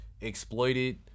exploited